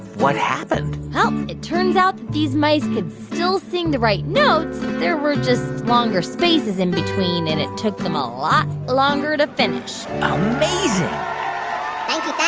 what happened? well, it turns out these mice could still sing the right notes. there were just longer spaces in between. and it took them a lot longer to finish amazing thank you. thank